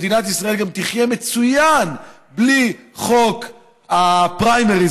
מדינת ישראל גם תחיה מצוין בלי חוק הפריימריז,